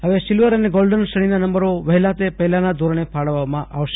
ફવે સિલ્વર અને ગોલ્ડન શ્રેણીના નંબરો વહેલા તે પહેલાના ધોરણે ફાળવવામાં આવશે